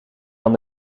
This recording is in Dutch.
van